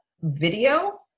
video